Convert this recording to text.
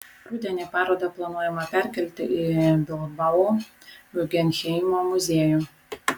rudenį parodą planuojama perkelti į bilbao guggenheimo muziejų